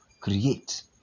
create